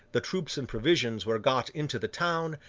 the troops and provisions were got into the town,